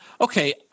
Okay